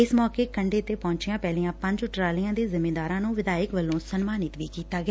ਇਸ ਮੋਕੇ ਕੰਡੇ ਤੇ ਪਹੰਚਿਆ ਪਹਿਲੀਆ ਪੰਜ ਟਰਾਲੀਆ ਦੇ ਜਿੰਮੀਦਾਰਾਂ ਨੁੰ ਵਿਧਾਇਕ ਵੱਲੋਂ ਸਨਮਾਨਿਤ ਕੀਤਾ ਗਿਆ